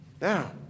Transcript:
Now